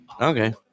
okay